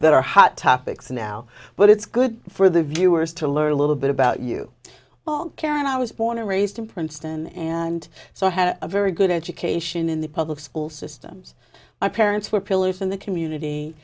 that are hot topics now but it's good for the viewers to learn a little bit about you karen i was born and raised in princeton and so i had a very good education in the public school systems my parents were pillars in the community